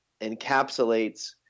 encapsulates